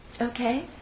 Okay